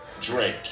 Drake